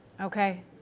Okay